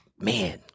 man